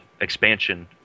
expansion